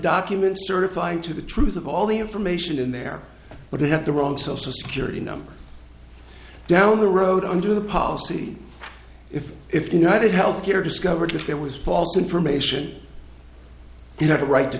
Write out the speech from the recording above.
document certifying to the truth of all the information in there but it had the wrong social security number down the road under the policy if if the united health care discovered that there was false information you have a right to